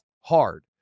hard